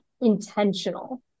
intentional